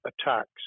attacks